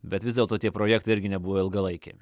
bet vis dėlto tie projektai irgi nebuvo ilgalaikiai